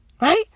Right